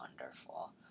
wonderful